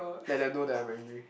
I didn't know that I'm angry